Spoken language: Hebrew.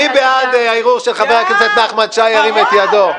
מי בעד הערעור של חבר הכנסת נחמן שי ירים את ידו.